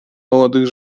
молодых